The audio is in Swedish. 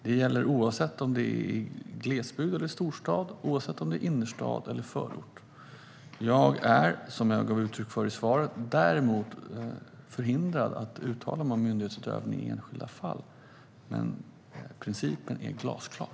Detta gäller oavsett om det handlar om glesbygd eller storstad, innerstad eller förort. Som jag gav uttryck för i interpellationssvaret är jag förhindrad att uttala mig om myndighetsutövning i enskilda fall. Principen är dock glasklar.